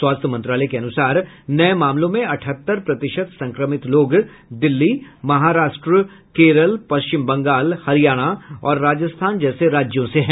स्वास्थ्य मंत्रालय के अनुसार नए मामलों में अठहत्तर प्रतिशत संक्रमित लोग दिल्ली महाराष्ट्र केरल पश्चिम बंगाल हरियाणा और राजस्थान जैसे राज्यों से है